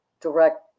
direct